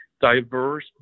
diverse